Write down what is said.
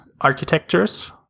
architectures